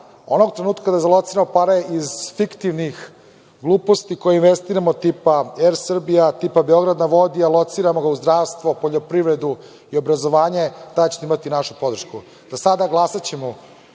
Onog trenutka kada zalociramo pare iz fiktivnih gluposti koje investiramo, tipa „Er Srbija“, tipa „Beograd na vodi“, a lociramo ga u zdravstvo, poljoprivredu i obrazovanje, tada ćete imati našu podršku.Za sada ćemo